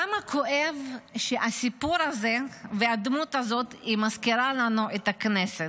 כמה כואב שהסיפור הזה והדמות הזו מזכירה לנו את הכנסת,